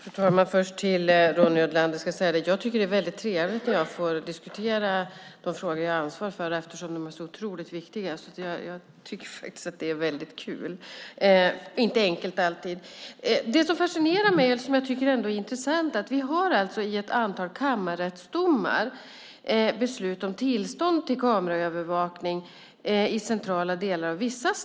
Fru talman! Jag vänder mig först till Ronny Olander. Jag tycker att det är väldigt trevligt att diskutera de frågor som jag har ansvar för eftersom de är så otroligt viktiga. Jag tycker att det är väldigt kul men inte alltid enkelt. Det som ändå är intressant är att vi i ett antal kammarrättsdomar har beslut om tillstånd till kameraövervakning i centrala delar av vissa städer.